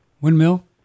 Windmill